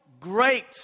great